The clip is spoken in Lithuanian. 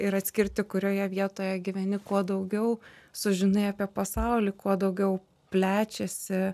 ir atskirti kurioje vietoje gyveni kuo daugiau sužinai apie pasaulį kuo daugiau plečiasi